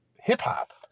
hip-hop